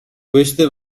queste